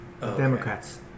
Democrats